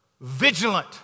Vigilant